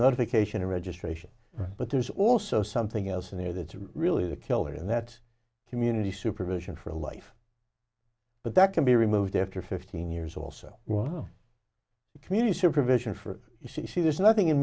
not a vacation or registration but there's also something else in there that's really the killer in that community supervision for life but that can be removed after fifteen years or so while the community supervision for c c there's nothing in